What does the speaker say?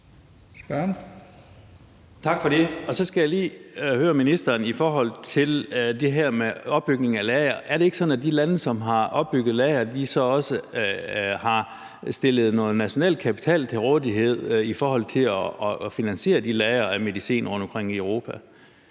Tak for det. Så skal jeg lige høre ministeren i forhold til det her med opbygning af lagre: Er det ikke sådan, at de lande, som har opbygget lagre, så også har stillet noget national kapital til rådighed i forhold til at finansiere de lagre af medicin rundtomkring i Europa?